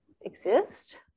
exist